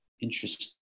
interesting